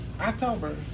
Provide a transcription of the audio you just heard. October